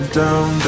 down